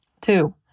Two